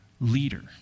leader